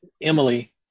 Emily